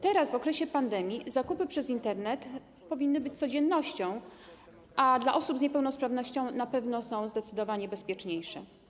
Teraz, w okresie pandemii zakupy przez Internet powinny być codziennością, a dla osób z niepełnosprawnością na pewno są zdecydowanie bezpieczniejsze.